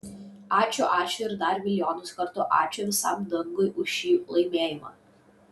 ačiū ačiū ir dar milijonus kartų ačiū visam dangui už šį laimėjimą